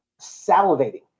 salivating